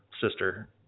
sister